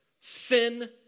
sin